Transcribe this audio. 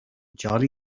jolly